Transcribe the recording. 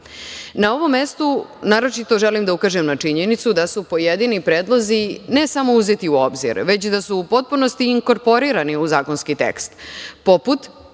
ovom mestu naročito želim da ukažem na činjenicu da su pojedini predlozi ne samo uzeti u obzir, već da su u potpunosti inkorporirani u zakonski tekst, poput